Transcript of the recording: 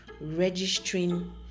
registering